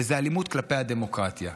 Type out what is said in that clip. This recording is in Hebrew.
וזו אלימות כלפי הדמוקרטיה,